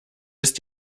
ist